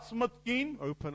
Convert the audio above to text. open